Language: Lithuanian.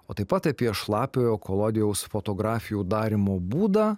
o taip pat apie šlapiojo kolodijaus fotografijų darymo būdą